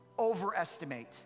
overestimate